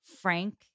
Frank